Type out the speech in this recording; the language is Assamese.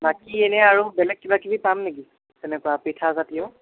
বাকী এনে আৰু বেলেগ কিবা কিবি পাম নেকি তেনেকুৱা পিঠা জাতীয়